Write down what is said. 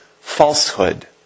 falsehood